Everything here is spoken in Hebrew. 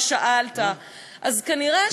ושאלת אז כנראה,